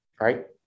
right